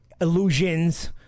illusions